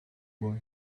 boy